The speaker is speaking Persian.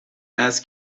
است